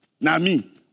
Nami